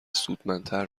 سودمندتر